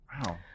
Wow